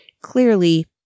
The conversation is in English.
clearly